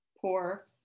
poor